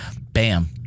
Bam